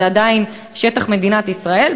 זה עדיין שטח מדינת ישראל,